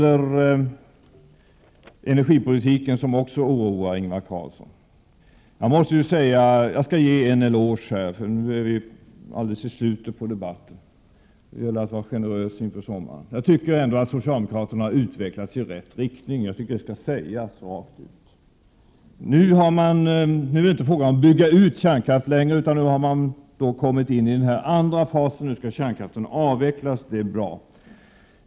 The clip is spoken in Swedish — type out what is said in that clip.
Energipolitiken oroar också Ingvar Carlsson. Jag skall ge en eloge, i slutet av debatten — det gäller att vara generös inför sommaren. Jag tycker att socialdemokraterna har utvecklats i rätt riktning — det skall sägas rakt ut. Nu är det inte längre fråga om att bygga ut kärnkraft, utan socialdemokraterna har kommit till den andra fasen, som innebär att kärnkraften skall avvecklas. Det är bra.